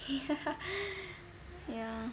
ya